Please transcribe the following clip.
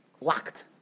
Locked